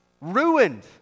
Ruined